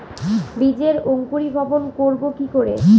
বীজের অঙ্কুরিভবন করব কি করে?